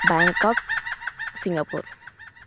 Bangkok Singapore